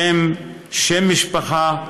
שם, שם משפחה,